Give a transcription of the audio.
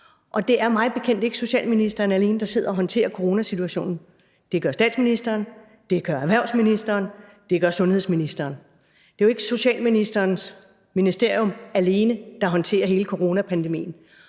og det er mig bekendt ikke socialministeren alene, der sidder og håndterer coronasituationen. Det gør statsministeren, det gør erhvervsministeren, det gør sundhedsministeren. Det er jo ikke socialministerens ministerium alene, der håndterer hele coronapandemien.